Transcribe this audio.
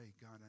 God